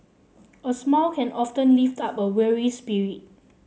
a smile can often lift up a weary spirit